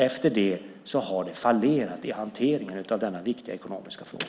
Efter det har det fallerat i hanteringen av denna viktiga ekonomiska fråga.